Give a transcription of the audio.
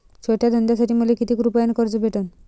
छोट्या धंद्यासाठी मले कितीक रुपयानं कर्ज भेटन?